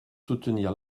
soutenir